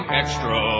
extra